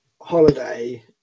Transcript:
holiday